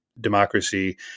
Democracy